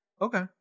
Okay